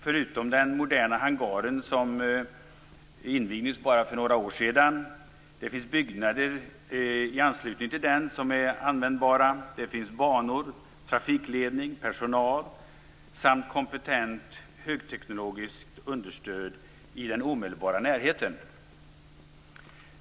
Förutom den moderna hangaren, som invigdes för bara några år sedan, finns dessutom, i anslutning till hangaren, byggnader som är användbara, det finns banor, trafikledning, personal samt kompetent högteknologiskt understöd i den omedelbara närheten.